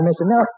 Now